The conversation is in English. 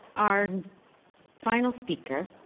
our final speaker,